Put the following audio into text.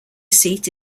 seat